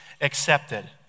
accepted